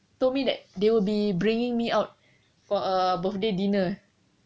told me that they will be bringing me out for a birthday dinner